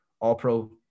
all-pro